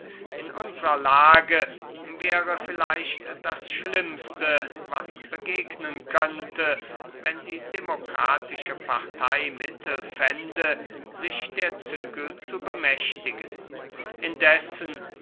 in unsrer lage wäre vielleicht das schlimmste was begegnen könnte wenn die demokratische partey mittel fände sich der zügel zu bemächtigen indessen